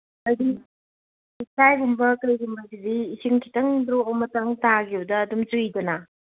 ꯍꯥꯏꯗꯤ ꯄꯤꯊ꯭ꯔꯥꯏꯒꯝꯕ ꯀꯩꯒꯨꯝꯕꯁꯤꯗꯤ ꯏꯁꯤꯡ ꯈꯤꯇꯪ ꯗ꯭ꯔꯣꯞ ꯑꯃꯇꯪ ꯇꯥꯒꯤꯕꯗ ꯑꯗꯨꯝ ꯆꯨꯏꯗꯅ